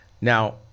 Now